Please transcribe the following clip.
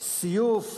סיוף,